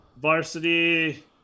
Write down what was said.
Varsity